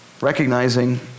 Recognizing